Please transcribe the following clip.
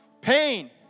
pain